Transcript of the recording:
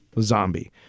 Zombie